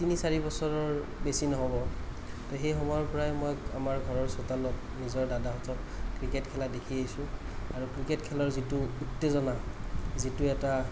তিনি চাৰি বছৰৰ বেছি নহ'ব ত' সেই সময়ৰ পৰাই মই আমাৰ ঘৰৰ চোতালত নিজৰ দাদাহঁতক ক্ৰিকেট খেলা দেখি আহিছোঁ আৰু ক্ৰিকেট খেলৰ যিটো উত্তেজনা যিটো এটা